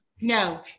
No